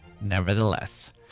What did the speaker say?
nevertheless